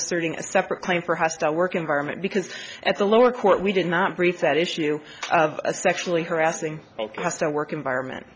asserting a separate claim for hostile work environment because at the lower court we did not breach that issue of a sexually harassing us to work environment